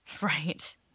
Right